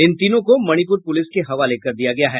इन तीनों को मणिपुर पुलिस के हवाले कर दिया गया है